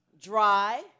dry